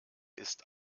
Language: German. ist